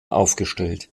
aufgestellt